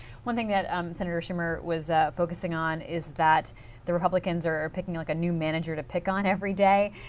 one thing that um senator schumer was focusing on is that the republicans are are picking like a new manager to pick on every day.